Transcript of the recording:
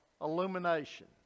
illumination